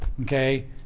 okay